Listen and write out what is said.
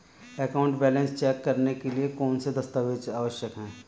Account balance check करने के लिए कौनसे दस्तावेज़ आवश्यक हैं?